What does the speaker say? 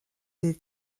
bydd